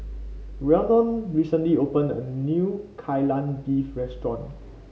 Rhiannon recently opened a new Kai Lan Beef restaurant